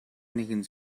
нэг